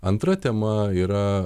antra tema yra